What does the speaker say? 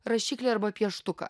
rašiklį arba pieštuką